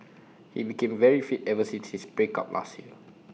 he became very fit ever since his break up last year